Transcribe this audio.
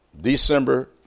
December